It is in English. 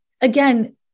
again